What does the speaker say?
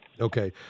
Okay